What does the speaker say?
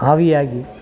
ಆವಿಯಾಗಿ